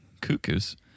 Cuckoo's